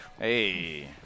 hey